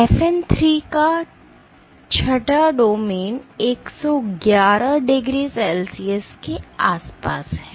FN 3 का 6 domain 111 degree Celsius के आसपास है